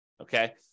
okay